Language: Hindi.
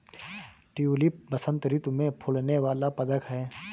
ट्यूलिप बसंत ऋतु में फूलने वाला पदक है